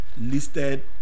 listed